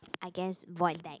I guess void deck